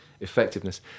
effectiveness